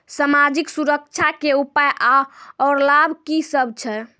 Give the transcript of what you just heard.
समाजिक सुरक्षा के उपाय आर लाभ की सभ छै?